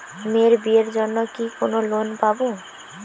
মেয়ের বিয়ের জন্য কি কোন লোন পাব?